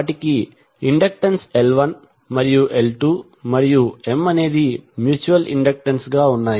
వాటికి inductance L1 మరియు L2 మరియు M అనేది మ్యూచువల్ ఇండక్టెన్స్ గా ఉన్నాయి